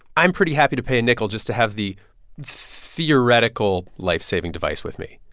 i'm pretty happy to pay a nickel just to have the theoretical life-saving device with me.